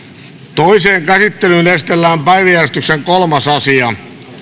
toiseen käsittelyyn esitellään päiväjärjestyksen kolmas asia